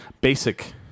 Basic